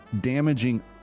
damaging